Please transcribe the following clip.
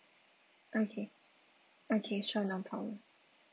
okay okay sure no problem